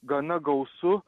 gana gausu